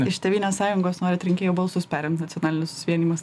iš tėvynės sąjungos norit rinkėjų balsus perimt nacionalinis susivienijimas